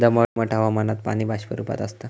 दमट हवामानात पाणी बाष्प रूपात आसता